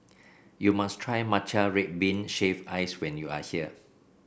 you must try Matcha Red Bean Shaved Ice when you are here